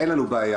אין לנו בעיה.